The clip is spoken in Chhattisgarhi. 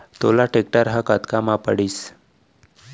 तोला टेक्टर ह कतका म पड़िस?